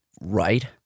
Right